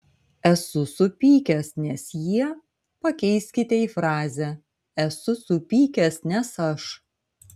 esu supykęs nes jie pakeiskite į frazę esu supykęs nes aš